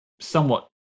somewhat